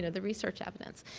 and the research evidence.